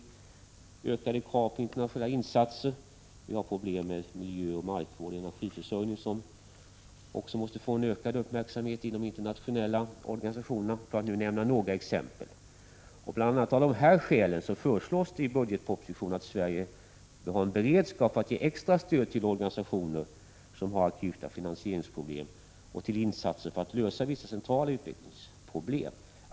1985/86:117 till krav på ökade internationella insatser. Vi har problemen med miljöoch 16 april 1986 markvård och energiförsörjning som måste få ökad uppmärksamhet i de internationella organisationerna, för att nämna några exempel på behov som finns. Av bl.a. de här skälen så föreslås i budgetpropositionen att Sverige bör ha en beredskap för att ge extra stöd till organisationer som har akuta finansieringsproblem och till insatser för att lösa vissa centrala utvecklingsproblem.